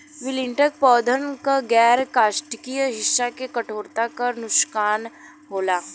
wilting पौधन क गैर काष्ठीय हिस्सा के कठोरता क नुकसान होला